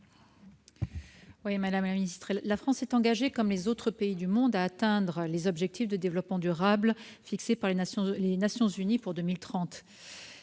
durable ? La France s'est engagée, comme les autres pays du monde, à atteindre les objectifs de développement durable, ou ODD, fixés par les Nations unies pour 2030.